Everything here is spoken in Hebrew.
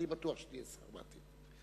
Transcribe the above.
אני בטוח שתהיה שר בעתיד,